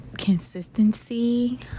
consistency